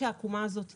העקומה הזאת צומחת.